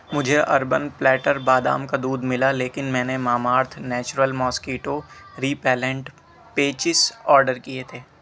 مجھے Urban Platter بادام کا دودھ ملا لیکن میں نے Mamaearth natural mosquito repellent patches order کیے تھے